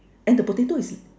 and the potato is